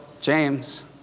James